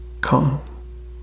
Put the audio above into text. calm